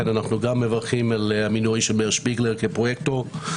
אנחנו מברכים על המינוי של מאיר שפיגלר כפרוייקטור.